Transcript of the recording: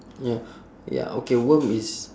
ya ya okay worm is